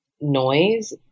noise